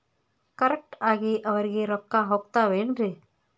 Correct ಆಗಿ ಅವರಿಗೆ ರೊಕ್ಕ ಹೋಗ್ತಾವೇನ್ರಿ?